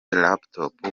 laptop